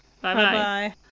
Bye-bye